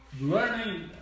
learning